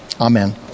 Amen